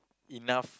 enough